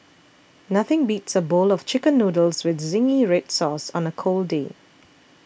nothing beats a bowl of Chicken Noodles with Zingy Red Sauce on a cold day